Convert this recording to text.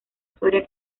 soria